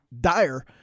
dire